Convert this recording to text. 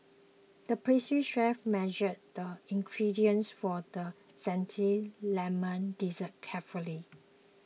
the pastry chef measured the ingredients for the Zesty Lemon Dessert carefully